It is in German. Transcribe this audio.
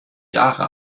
jahre